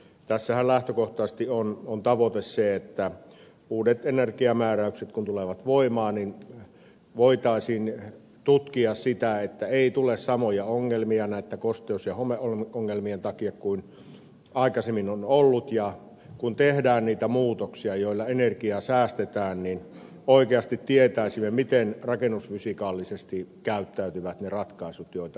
tässähän lähtökohtaisesti on tavoite se että kun uudet energiamääräykset tulevat voimaan niin voitaisiin tutkia sitä että ei tule samoja kosteus ja homeongelmia kuin aikaisemmin on ollut ja kun tehdään niitä muutoksia joilla energiaa säästetään niin oikeasti tietäisimme miten käyttäytyvät rakennusfysikaalisesti ne ratkaisut joita nyt tehdään